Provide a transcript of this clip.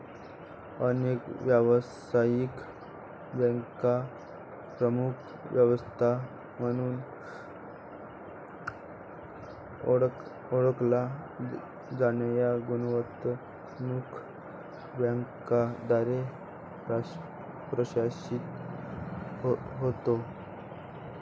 अनेक व्यावसायिक बँका प्रमुख व्यवस्था म्हणून ओळखल्या जाणाऱ्या गुंतवणूक बँकांद्वारे प्रशासित होत्या